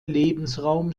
lebensraum